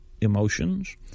emotions